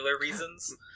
reasons